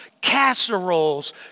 casseroles